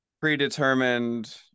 predetermined